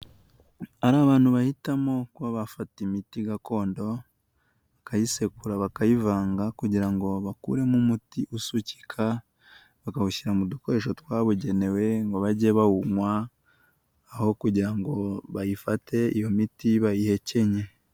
Hari abantu bahitamo kuba bafata imiti gakondo bakayisekura bakayivanga kugira ngo bakuremo umuti usukika bakawushyira mu dukoresho twabugenewe ngo bajye bawunywa, aho kugira ngo bayifate iyo miti bayihekenye.